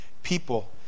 People